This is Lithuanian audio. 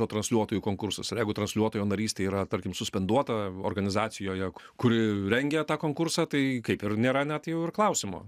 o transliuotojų konkursas ir jeigu transliuotojo narystė yra tarkim suspenduota organizacijoje kuri rengia tą konkursą tai kaip ir nėra net jau ir klausimo